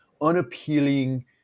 unappealing